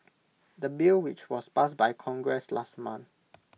the bill which was passed by congress last month